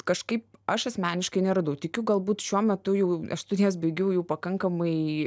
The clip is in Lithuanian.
kažkaip aš asmeniškai neradau tikiu galbūt šiuo metu jų studijas baigiau jau pakankamai